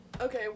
Okay